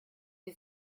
wie